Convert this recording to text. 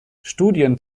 studien